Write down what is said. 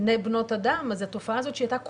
מבני ובנות אדם, התופעה הזאת שהיא הייתה קופאת,